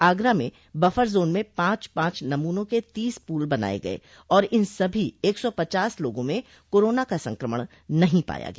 आगरा में buffer zone में पांच पांच नमूनों के तीस पूल बनाये गये और इन सभी एक सौ पचास लोगों में कोरोना का संक्रमण नहीं पाया गया